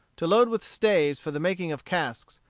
to load with staves for the making of casks,